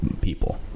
People